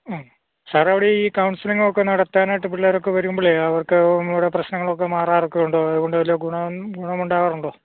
മ് സാറവിട ഈ കൗണ്സിലിങ്ങൊക്കെ നടത്താനായിട്ട് പിള്ളേരൊക്കെ വരുമ്പോഴേ അവർക്ക് നമ്മുടെ പ്രശ്നങ്ങളൊക്കെ മാറാറൊക്കെ ഉണ്ടോ അത്കൊണ്ട് വലിയ ഗുണം ഗുണം ഉണ്ടാകാറുണ്ടോ